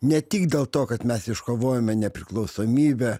ne tik dėl to kad mes iškovojome nepriklausomybę